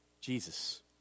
Jesus